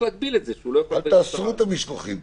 אל תאסרו את המשלוחים.